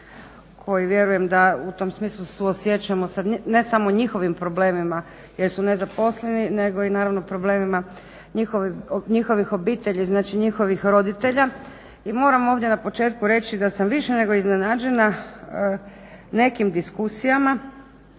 koji vjerujem da u tom smislu suosjećamo ne samo sa njihovim problemima jer su nezaposleni nego i naravno problemima njihovih obitelji znači njihovih roditelja. I moram ovdje na početku reći da sam više nego iznenađena nekim diskusijama